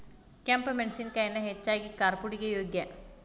ಕೆಂಪ ಮೆಣಸಿನಕಾಯಿನ ಹೆಚ್ಚಾಗಿ ಕಾರ್ಪುಡಿಗೆ ಯೋಗ್ಯ